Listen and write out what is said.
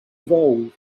evolve